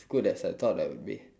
good as I thought I would be